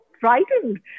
frightened